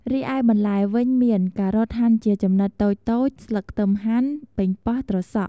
រីឯបន្លែវិញមាន ការ៉ុតហាន់ជាចំណិតតូចៗ ស្លឹកខ្ទឹមហាន់ ប៉េងប៉ោះ ត្រសក់។